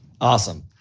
Awesome